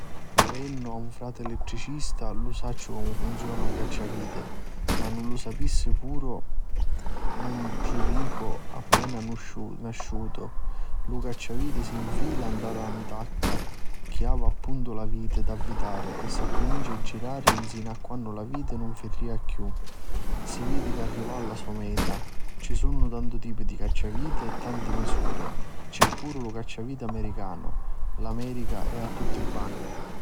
Avennu a un frati elettricista lu sacciu comu funziona un cacciaviti ma lu sapissi puru un nutricu appena nasciutu. Lu cacciativiti si nfila nta la ntacca chi havi appuntu la viti d'avvitari e si cumincia a girari nsina a quannu la viti nun firria chiù, si vidi chi arrivau a la so meta. Ci sunnu tanti tipi di cacciaviti e tanti misuri, c'è puru lu cacciaviti americanu. L'America è a tutti banni.